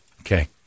Okay